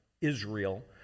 Israel